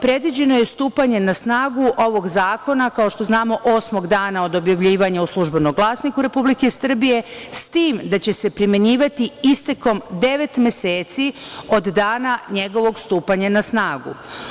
Predviđeno je stupanje na snagu ovog zakona, kao što znamo, osmog dana od dana objavljivanja u „Službenom glasniku Republike Srbije“, s tim da će se primenjivati istekom devet meseci od dana njegovog stupanja na snagu.